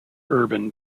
urban